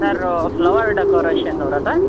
sir flower ಡೆಕೊರೇಶನವರಾ sir